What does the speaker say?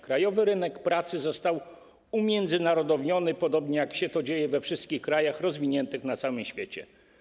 Krajowy rynek pracy został umiędzynarodowiony, podobnie jak dzieje się to we wszystkich krajach rozwiniętych na całym świecie.